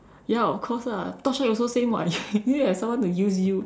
ya of course lah torchlight also same [what] you need to have someone to use you